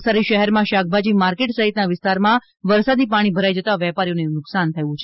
નવસારી શહેરમાં શાકભાજી માર્કેટ સહિતના વિસ્તારમાં વરસાદી પાણી ભરાઈ જતાં વેપારીઓને નુકશાન થયું છે